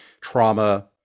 trauma